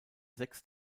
sechs